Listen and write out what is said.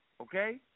Okay